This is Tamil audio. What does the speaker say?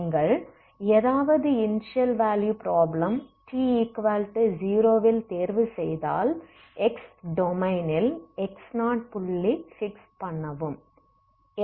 நீங்கள் எதாவது இனிஷியல் வேலுயு ப்ராப்ளம் t0 ல் தேர்வு செய்தால் x டொமைனில் x0 புள்ளி பிக்ஸ் பண்ணவும்